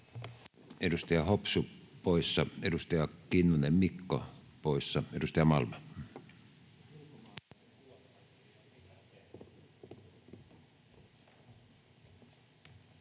Edustaja Hopsu poissa. Edustaja Kinnunen, Mikko, poissa. — Edustaja Malm.